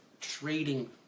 trading